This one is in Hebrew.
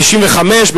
ב-1995,